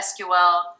SQL